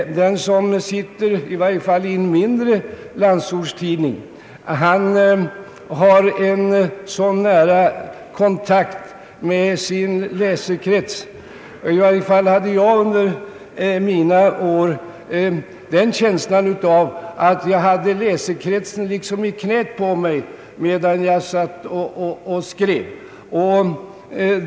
Den som skriver i varje fall i en mindre landsortstidning har en så nära kontakt med sin läsekrets att han får en känsla av — i varje fall hade jag det under mina år — att han har läsekretsen liksom i knäet på sig medan han skriver.